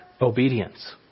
obedience